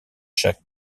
chaque